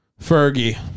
Fergie